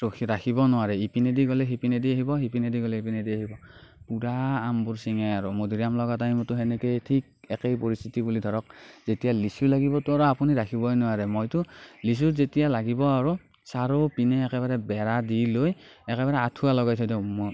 ৰাখিব নোৱাৰে ইপিনেদি গ'লে ইপিনেদি আহিব সিপিনেদি গ'লে ইপিনে আহিব পূৰা আমবোৰ ছিঙে আৰু মধুৰি আম লগা টাইমতো সেনেকেই ঠিক একেই পৰিস্থিতি বুলি ধৰক যেতিয়া লিচু লাগিব তো আৰু আপুনিতো আৰু ৰাখিবই নোৱাৰে মইতো লিচু যেতিয়া লাগিব আৰু চাৰিওপিনে একেবাৰে বেৰা দি লৈ একেবাৰে আঠুৱা লগাই থৈ দিওঁ